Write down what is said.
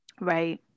Right